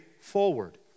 forward